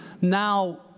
now